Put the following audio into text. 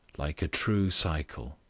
like a true cycle.